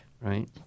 right